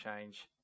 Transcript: change